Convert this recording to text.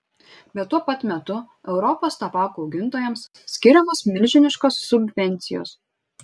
bet tuo pat metu europos tabako augintojams skiriamos milžiniškos subvencijos